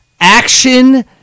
action